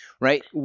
Right